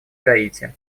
гаити